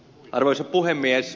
arvoisa puhemies